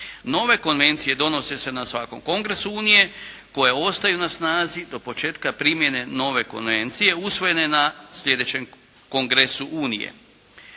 Nove konvencije donose se na svakom kongresu Unije koje ostaju na snazi do početka primjene nove konvencije usvojene na sljedećem kongresu Unije.